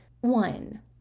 One